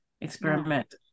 experiment